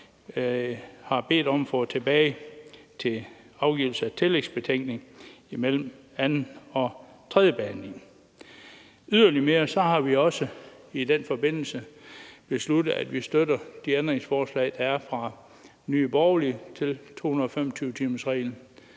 har bedt om at få det tilbage til afgivelse af tillægsbetænkning mellem anden og tredje behandling. Ydermere har vi også i den forbindelse besluttet, at vi støtter de ændringsforslag, der er, fra Nye Borgerlige til 225-timersreglen